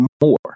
more